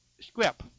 script